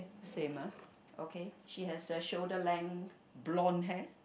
same ah okay she has a shoulder length blonde hair